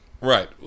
Right